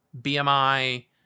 BMI